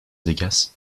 vegas